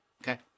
okay